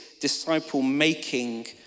disciple-making